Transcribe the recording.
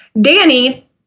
Danny